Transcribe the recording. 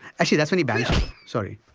actually that's when he banishes sorry.